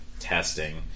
testing